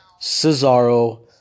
Cesaro